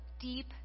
deep